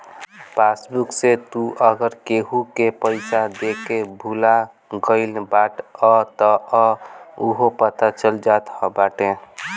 passbook से तू अगर केहू के पईसा देके भूला गईल बाटअ तअ उहो पता चल जात बाटे